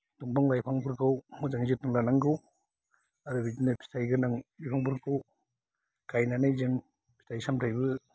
दंफां लाइफांफोरखौ मोजाङै जत्न' लानांगौ आरो बिदिनो फिथायगोनां बिफांफोरखौ गायनानै जों फिथाय सामथायबो